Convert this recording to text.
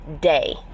Day